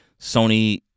Sony